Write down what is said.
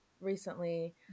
recently